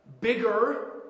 Bigger